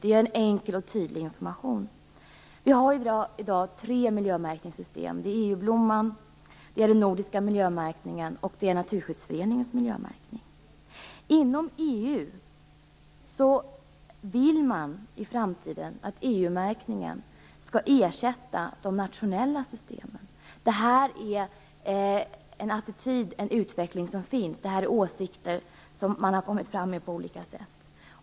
Det ger enkel och tydlig information. Vi har i dag tre miljömärkningssystem: EU-blomman, den nordiska miljömärkningen och Naturskyddsföreningens miljömärkning. Inom EU vill man i framtiden att EU märkningen skall ersätta de nationella systemen. Det är en attityd och en utveckling som finns, en åsikt som kommit till uttryck på olika sätt.